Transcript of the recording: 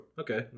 Okay